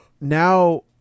now